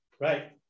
Right